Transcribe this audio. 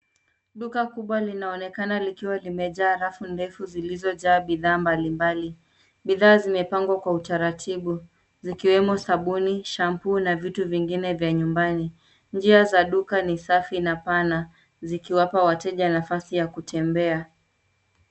Duka kubwa linaonekana likiwa limejaa rafu ndefu zilizojaa bidhaa mbalimbali. Bidhaa zimepangwa kwa utaratibu zikiwemo sabuni, shampoo na vitu vingine vya nyumbani. Njia za duka ni safi na pana zikiwapa wateja nafasi ya kutembea.